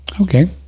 Okay